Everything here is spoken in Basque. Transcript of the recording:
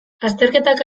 azterketak